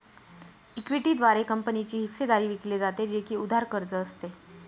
equity द्वारे कंपनीची हिस्सेदारी विकली जाते, जे की उधार कर्ज असते